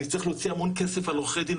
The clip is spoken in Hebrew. אני צריך להוציא המון כסף על עורכי דין,